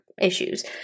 issues